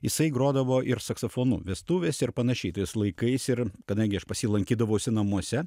jisai grodavo ir saksofonu vestuvėse ir panašiai tais laikais ir kadangi aš pas jį lankydavausi namuose